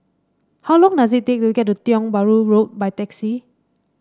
how long does it take to get to Tiong Bahru Road by taxi